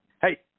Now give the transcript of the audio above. hey